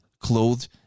clothed